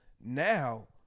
now